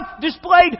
displayed